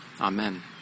Amen